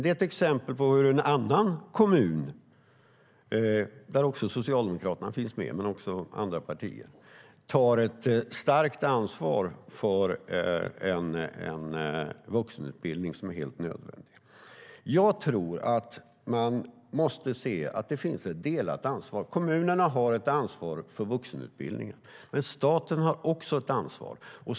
Det är ett exempel på hur en annan kommun, där Socialdemokraterna och också andra partier finns med, tar ett starkt ansvar för en vuxenutbildning som är helt nödvändig. Man måste se att det finns ett delat ansvar. Kommunerna har ett ansvar för vuxenutbildningen. Men staten har också ett ansvar.